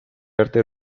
arte